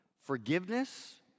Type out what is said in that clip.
Forgiveness